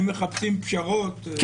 אם מחפשים פשרות.